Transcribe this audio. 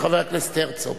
של חבר הכנסת הרצוג.